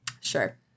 Sure